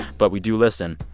but we do listen.